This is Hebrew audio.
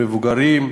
מבוגרים,